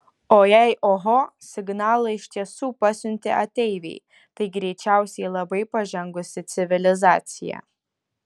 o jei oho signalą iš tiesų pasiuntė ateiviai tai greičiausiai labai pažengusi civilizacija